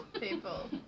people